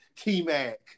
T-Mac